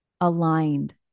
aligned